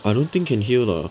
I don't think can hear lah